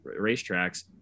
racetracks